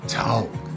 talk